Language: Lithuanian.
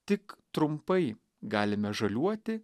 tik trumpai galime žaliuoti